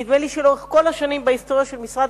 נדמה לי שלאורך כל השנים בהיסטוריה של משרד